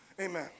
Amen